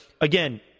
again